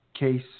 case